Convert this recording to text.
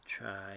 try